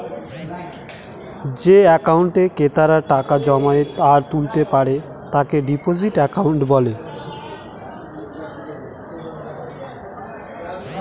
যে একাউন্টে ক্রেতারা টাকা জমাতে আর তুলতে পারে তাকে ডিপোজিট একাউন্ট বলে